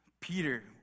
Peter